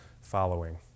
following